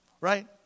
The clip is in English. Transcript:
right